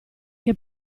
che